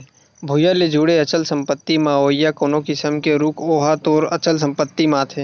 भुइँया ले जुड़े अचल संपत्ति म अवइया कोनो किसम के रूख ओहा तोर अचल संपत्ति म आथे